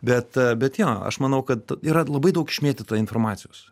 bet bet jo aš manau kad yra labai daug išmėtyta informacijos